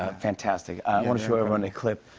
ah fantastic. i want to show everyone a clip.